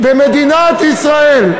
במדינת ישראל,